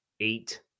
eight